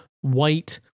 white